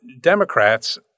Democrats